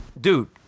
dude